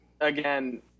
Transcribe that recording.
again